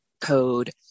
code